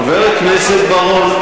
חבר הכנסת בר-און,